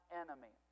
enemy